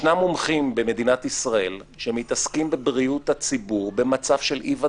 ישנם מומחים במדינת ישראל שמתעסקים בבריאות הציבור במצב של אי ודאות,